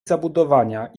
zabudowania